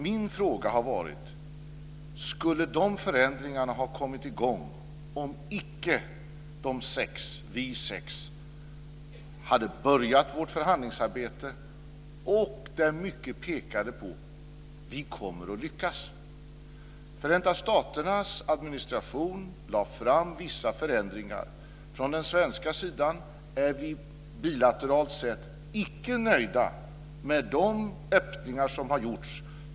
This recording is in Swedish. Min fråga har varit: Skulle dessa förändringar ha kommit i gång om icke vi sex hade börjat vårt förhandlingsarbete och där mycket pekar på att vi kommer att lyckas? Förenta staternas administration lade fram vissa förändringar. Från den svenska sidan är vi bilateralt sett icke nöjda med de öppningar som har gjorts.